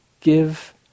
give